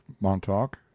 Montauk